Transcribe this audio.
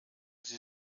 sie